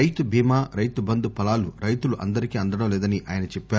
రైతు బీమా రైతు బంధు ఫలాలు రైతులు అందరికీ అందడం లేదని ఆయన చెప్పారు